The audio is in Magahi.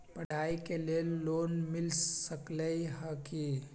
पढाई के लेल लोन मिल सकलई ह की?